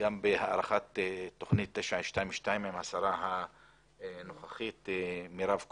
גם בהארכת תוכנית 922 עם השרה הנוכחית מירב כהן.